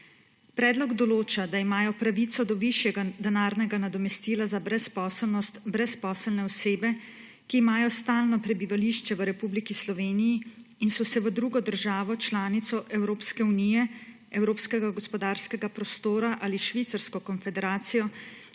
Predlog določa, da imajo pravico do višjega denarnega nadomestila za brezposelnost brezposelne osebe, ki imajo stalno prebivališče v Republiki Sloveniji in so se v drugo državo članico Evropske unije, Evropskega gospodarskega prostora ali v Švicarsko konfederacijo